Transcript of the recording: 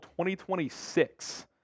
2026